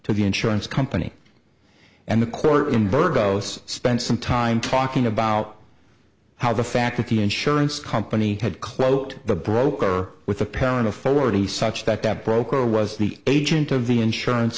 to the insurance company and the court in burgos spent some time talking about how the fact that the insurance company had cloaked the broker with a parent of forty such that that broker was the agent of the insurance